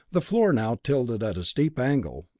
the floor, now tilted at a steep angle,